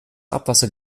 abwasser